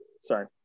sorry